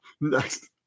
Next